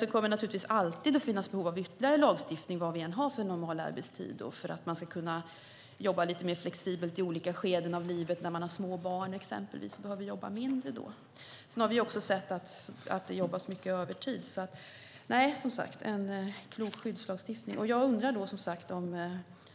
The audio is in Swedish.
Det kommer alltid att finnas ett behov av ytterligare lagstiftning vilken normalarbetstid vi än har - detta för att man i olika skeden i livet ska kunna jobba mer flexibelt, exempelvis när man har små barn och behöver jobba mindre. Vi har också sett att det jobbas mycket övertid. Nej, det behövs, som sagt, en klok skyddslagstiftning. Jag undrar om